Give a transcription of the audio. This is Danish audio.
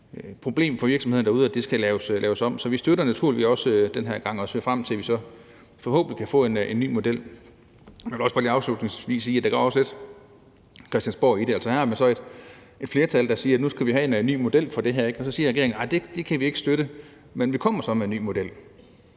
er helt rimeligt, at det skal laves om. Så vi støtter det naturligvis også den her gang og ser frem til, at vi så forhåbentlig kan få en ny model. Jeg vil lige afslutningsvis sige, at der også går lidt Christiansborg i det. Altså, her har man et flertal, der siger, at nu skal vi have en ny model for det her, og så siger regeringen: Nej, det kan vi ikke støtte, men vi kommer med en ny model.